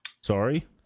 Sorry